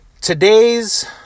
Today's